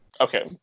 Okay